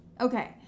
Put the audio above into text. Okay